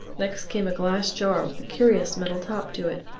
next came a glass jar with a curious metal top to it.